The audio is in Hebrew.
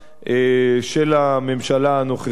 של הממשלה הנוכחית.